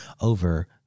over